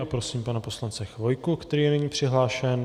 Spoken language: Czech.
Prosím pana poslance Chvojku, který je nyní přihlášen.